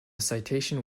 citation